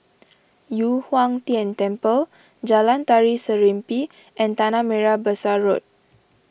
Yu Huang Tian Temple Jalan Tari Serimpi and Tanah Merah Besar Road